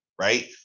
right